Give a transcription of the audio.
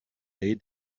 day